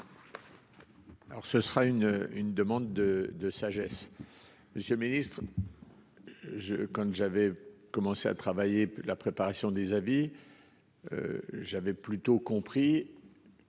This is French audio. Alors ce sera une une demande de de sagesse. Monsieur le Ministre. Je, comme j'avais commencé à travailler. La préparation des avis.-- J'avais plutôt compris.--